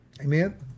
Amen